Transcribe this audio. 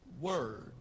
Word